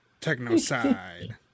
Technocide